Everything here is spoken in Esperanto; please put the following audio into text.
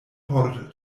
por